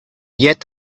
yet